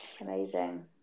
amazing